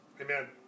Amen